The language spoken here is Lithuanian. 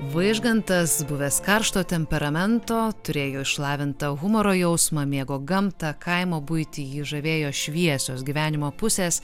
vaižgantas buvęs karšto temperamento turėjo išlavintą humoro jausmą mėgo gamtą kaimo buitį jį žavėjo šviesos gyvenimo pusės